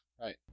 Right